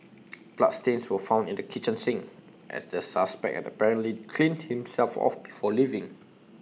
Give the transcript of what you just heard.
bloodstains were found in the kitchen sink as the suspect had apparently cleaned himself off before leaving